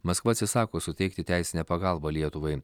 maskva atsisako suteikti teisinę pagalbą lietuvai